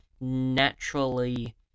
naturally